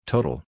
Total